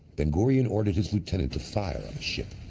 ben-gurion ordered his lieutenant to fire on the ship,